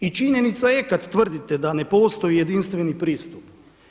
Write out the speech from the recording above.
I činjenica je kad tvrdite da ne postoji jedinstveni pristup.